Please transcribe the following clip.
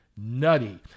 nutty